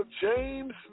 James